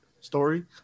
story